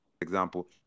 example